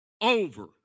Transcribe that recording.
over